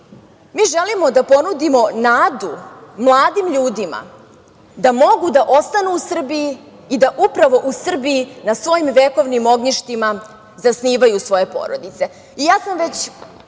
mi želimo da ponudimo nadu mladim ljudima da mogu da ostanu u Srbiji i da upravo u Srbiji na svojim vekovnim ognjištima zasnivaju svoje porodice. Već